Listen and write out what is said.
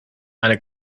eine